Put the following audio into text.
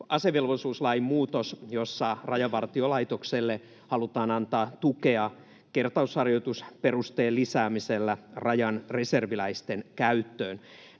asevelvollisuuslain muutoksesta, jossa Rajavartiolaitokselle halutaan antaa tukea kertausharjoitusperusteen lisäämisellä Rajan reserviläisten käyttöön.